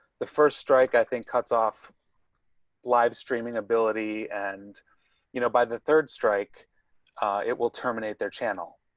the first strike. i think cuts off live streaming ability and you know by the third strike it will terminate their channel.